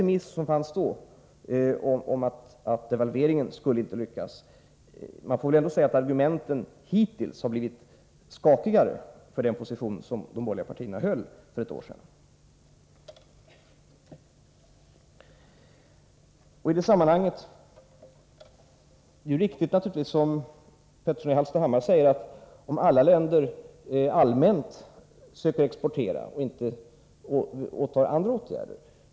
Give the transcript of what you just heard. Argumenten för den pessimistiska position som de borgerliga partierna intog för ett år sedan — och som alltså gick ut på att devalveringen inte skulle lyckas — har hittills blivit skakigare. Det är naturligtvis riktigt att det, som Hans Petersson i Hallstahammar sade, kan se ut som ett nollsummespel om alla länder tillämpar strategin att allmänt söka exportera och inte vidtar andra åtgärder.